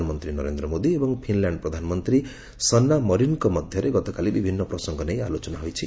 ପ୍ରଧାନମନ୍ତ୍ରୀ ନରେନ୍ଦ୍ର ମୋଦୀ ଏବଂ ଫିନ୍ଲ୍ୟାଣ୍ଡ ପ୍ରଧାନମନ୍ତ୍ରୀ ସନା ମରିନ୍ଙ୍କ ମଧ୍ୟରେ ଗତକାଲି ବିଭିନ୍ନ ପ୍ରସଙ୍ଗ ନେଇ ଆଲୋଚନା ହୋଇଛି